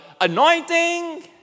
anointing